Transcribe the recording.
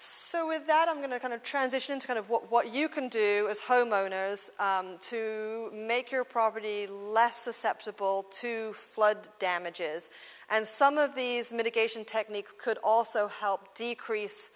so with that i'm going to kind of transition to kind of what you can do as homeowners to make your property less susceptible to flood damages and some of these mitigation techniques could also help decrease